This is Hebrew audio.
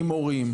עם מורים,